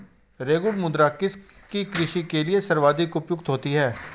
रेगुड़ मृदा किसकी कृषि के लिए सर्वाधिक उपयुक्त होती है?